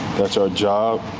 that's our job.